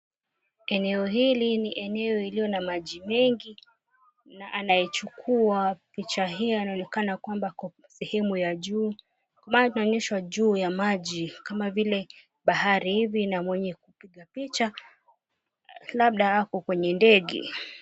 Eneo hili ni eneo iliyo namaji mengi, na anayechukua picha hii anaonekana kwamba ako sehemu kwa maana tunaonyeshwa juu ya maji kama vile bahari na mwenye kupiga picha labda ako kwenye ndege.